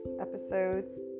Episodes